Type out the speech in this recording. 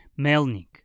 Melnik